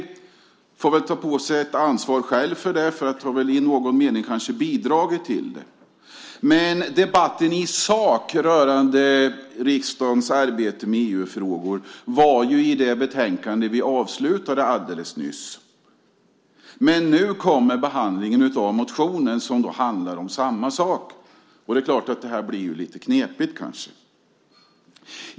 Jag får väl ta på mig ansvaret, eftersom jag i någon mening kanske bidragit till det. Sakfrågan, riksdagens arbete med EU-frågor, behandlades ju i det betänkande som vi nyss avslutade, men nu behandlas den motion som rör samma sak. Det är klart att det hela då blir lite knepigt.